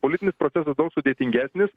politinis procesas daug sudėtingesnis